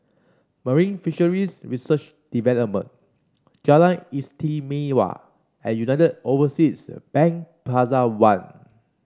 Marine Fisheries Research Department Jalan Istimewa and United Overseas Bank Plaza One